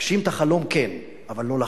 להגשים את החלום, כן, אבל לא לחלום.